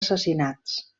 assassinats